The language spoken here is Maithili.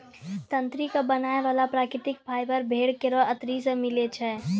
तंत्री क बनाय वाला प्राकृतिक फाइबर भेड़ केरो अतरी सें मिलै छै